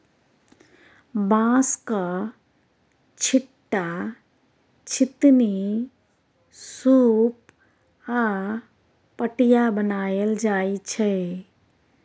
बाँसक, छीट्टा, छितनी, सुप आ पटिया बनाएल जाइ छै